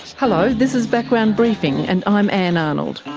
hello, this is background briefing and i'm ann arnold.